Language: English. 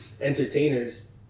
entertainers